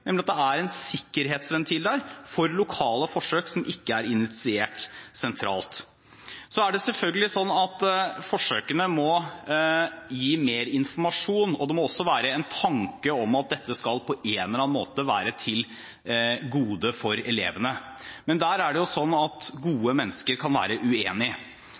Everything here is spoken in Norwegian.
nemlig at det er en sikkerhetsventil for lokale forsøk som ikke er initiert sentralt. Så er det selvfølgelig slik at forsøkene må gi mer informasjon, og det må også være en tanke om at dette på en eller annen måte skal være til gode for elevene, men der er det jo slik at gode mennesker kan være uenige.